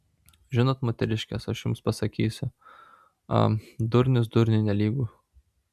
žinot moteriškės aš jums pasakysiu a durnius durniui nelygu